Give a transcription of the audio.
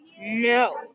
no